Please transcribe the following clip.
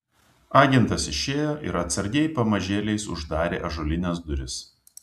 agentas išėjo ir atsargiai pamažėliais uždarė ąžuolines duris